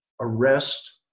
arrest